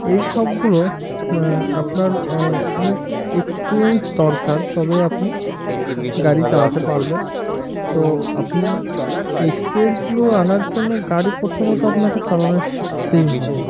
এই সবগুলো আপনার অনেক এক্সপিরিয়েন্স দরকার তবে আপনি গাড়ি চালাতে পারবেন তো আপনি এক্সপিরিয়েন্সগুলো আনার জন্য গাড়ি প্রথমত আপনাকে চালানো শিখতেই হবে